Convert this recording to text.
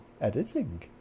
editing